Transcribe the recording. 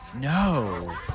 No